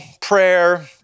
prayer